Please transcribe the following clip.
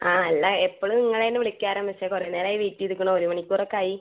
ആ അല്ല എപ്പളും നിങ്ങളെ ആണ് വിളിക്കാറ് പക്ഷെ കുറെ നേരമായി വെയിറ്റ് ചെയ്ത് നിക്കണൂ ഒരു മണിക്കൂർ ഒക്കെ ആയി